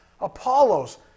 Apollos